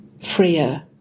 freer